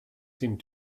seemed